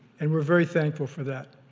and we're very thankful for that.